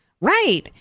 Right